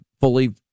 fully